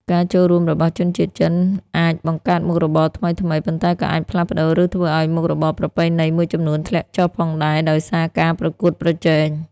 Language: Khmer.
ការចូលមករបស់ជនជាតិចិនអាចបង្កើតមុខរបរថ្មីៗ ប៉ុន្តែក៏អាចផ្លាស់ប្តូរ ឬធ្វើឲ្យមុខរបរប្រពៃណីមួយចំនួនធ្លាក់ចុះផងដែរ ដោយសារការប្រកួតប្រជែង។